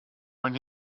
when